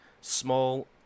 small